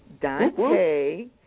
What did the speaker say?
Dante